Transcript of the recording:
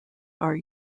are